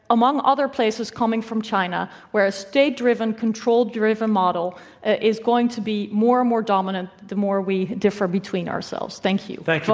among other places, coming from china, where a state-driven, control-driven model is going to be more and more dominant the more we differ between ourselves. thank you. thank you, ah